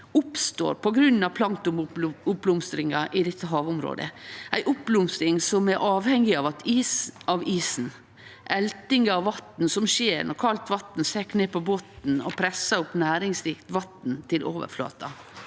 oppstår på grunn av planktonoppblomstringa i dette havområdet, ei oppblomstring som er avhengig av isen – elting av vatn som skjer når kaldt vatn søkk ned på botnen og pressar næringsrikt vatn opp til overflata.